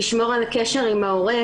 לשמור על הקשר עם ההורה,